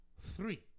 three